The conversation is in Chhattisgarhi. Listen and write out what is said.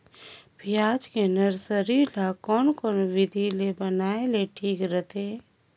पियाज के नर्सरी ला कोन कोन विधि ले बनाय ले ठीक रथे?